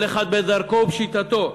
כל אחד בדרכו ובשיטתו,